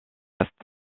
est